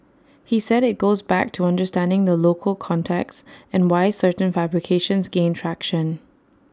he said IT goes back to understanding the local context and why certain fabrications gain traction